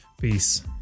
Peace